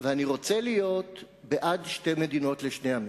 ואני רוצה להיות בעד שתי מדינות לשני עמים.